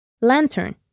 lantern